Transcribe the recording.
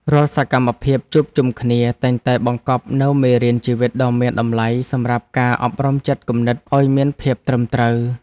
រាល់សកម្មភាពជួបជុំគ្នាតែងតែបង្កប់នូវមេរៀនជីវិតដ៏មានតម្លៃសម្រាប់ការអប់រំចិត្តគំនិតឱ្យមានភាពត្រឹមត្រូវ។